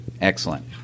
Excellent